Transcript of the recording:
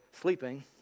sleeping